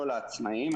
לא לעצמאים.